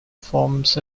forms